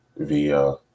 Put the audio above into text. via